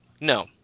No